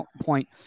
point